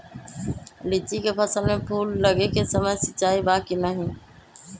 लीची के फसल में फूल लगे के समय सिंचाई बा कि नही?